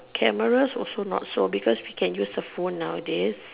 cameras also not so because we can use the phone nowadays